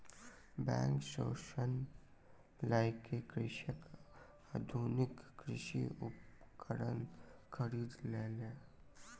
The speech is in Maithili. बैंक सॅ ऋण लय के कृषक आधुनिक कृषि उपकरण खरीद लेलक